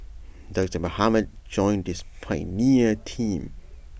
doctor Mohamed joined this pioneer team